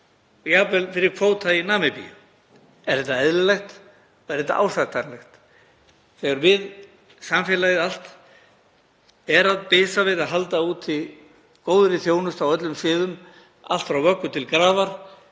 jafnvel kvóta í Namibíu. Er það eðlilegt? Er það ásættanlegt þegar við, samfélagið allt, erum að bisa við að halda úti góðri þjónustu á öllum sviðum, allt frá vöggu til grafar,